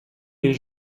les